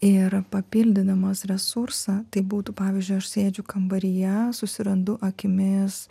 ir papildydamos resursą tai būtų pavyzdžiui aš sėdžiu kambaryje susirandu akimis